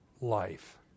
life